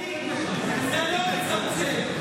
זה לא מצמצם.